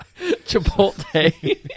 Chipotle